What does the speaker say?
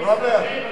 אדוני היושב-ראש.